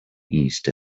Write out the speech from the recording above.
east